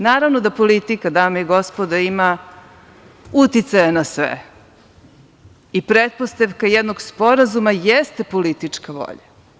Naravno da politika, dame i gospodo, ima uticaja na sve i pretpostavka jednog sporazuma jeste politička volja.